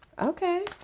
Okay